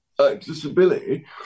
accessibility